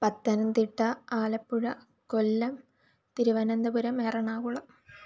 Pathanamthitta Alappuzha Kollam Thiruvananthapuram Ernakulam